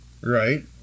Right